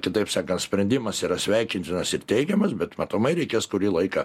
kitaip sakant sprendimas yra sveikintinas ir teigiamas bet matomai reikės kurį laiką